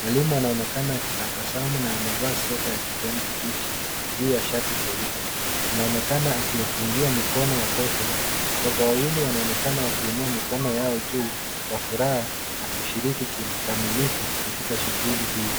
Mwalimu anaonekana akitabasamu na amevaa sweta ya kijani kibichi, juu ya shati jeupe. Anaonekana akiwapungia mikono watoto. watoto wawili wanaonekana wakiinua mikono yao juu kwa furaha na kushiriki kikamilifu katika shughuli hio.